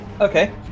Okay